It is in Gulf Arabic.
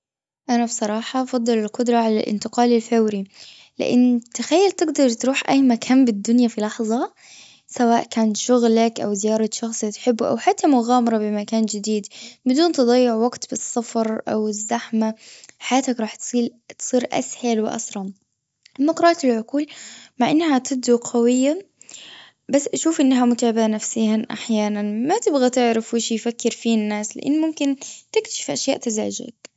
أنا بصراحة أفضل القدرة على الأنتقال الفوري. لأن تخيل تقدر تروح أي مكان بالدنيا في لحظة. سواء كان شغلك أو زيارة شخص تحبه أو حتى مغامرة بمكان جديد. بدون تضيع وقت في السفر أو الزحمة. حياتك راح تصير أسهل وأسرع. أما قراءة العقول مع إنها تبدو قويا. بس أشوف إنها متابعة نفسيا أحيانا ما تبغى تعرف وش يفكر فيه الناس لأن ممكن تكتشف أشياء تزعجك.